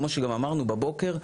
כמו שגם אמרנו בבוקר.